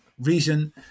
reason